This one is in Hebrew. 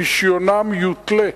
רשיונם יותלה.